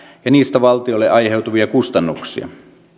ja niistä valtiolle aiheutuvia kustannuksia